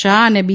શાહ અને બી